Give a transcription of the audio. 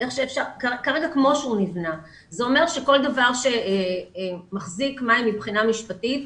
זה אומר שכל דבר שמחזיק מים מבחינה משפטית,